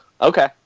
Okay